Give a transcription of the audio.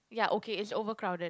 ya okay it's overcrowded